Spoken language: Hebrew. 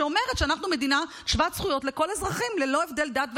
שאומרת שאנחנו מדינה שוות זכויות לכל האזרחים ללא הבדלי דת,